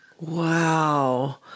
Wow